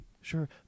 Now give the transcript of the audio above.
sure